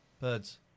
Birds